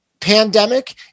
pandemic